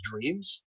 dreams